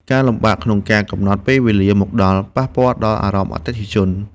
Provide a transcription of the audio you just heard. ការលំបាកក្នុងការកំណត់ពេលវេលាមកដល់ ប៉ះពាល់ដល់អារម្មណ៍អតិថិជន។